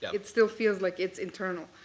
yeah it still feels like it's internal.